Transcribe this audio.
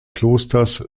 klosters